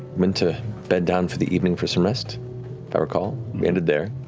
went to bed down for the evening for some rest. if i recall, we ended there